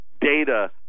data